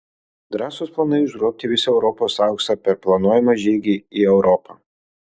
drąsūs planai užgrobti visą europos auksą per planuojamą žygį į europą